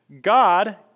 God